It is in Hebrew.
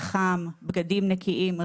בגדים נקיים,